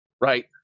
right